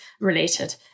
related